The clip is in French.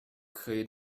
créez